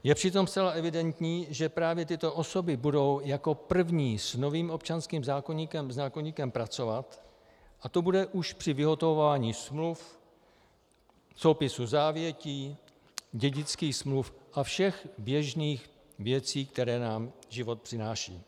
Je přitom zcela evidentní, že právě tyto osoby budou jako první s novým občanským zákoníkem pracovat, a to bude už při vyhotovování smluv, soupisu závětí, dědických smluv a všech běžných věcí, které nám život přináší.